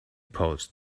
post